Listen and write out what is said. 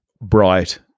bright